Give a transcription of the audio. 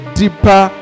deeper